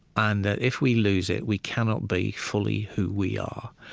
and that if we lose it, we cannot be fully who we are.